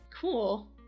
cool